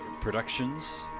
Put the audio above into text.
productions